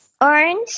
orange